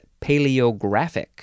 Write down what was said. paleographic